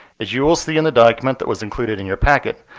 as you will see in the document that was included in your packet,